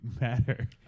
matter